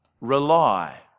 rely